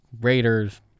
Raiders